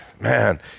man